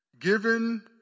given